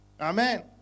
Amen